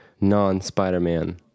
non-Spider-Man